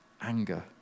anger